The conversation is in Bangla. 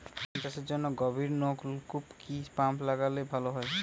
ধান চাষের জন্য গভিরনলকুপ কি পাম্প লাগালে ভালো?